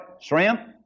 shrimp